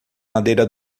madeira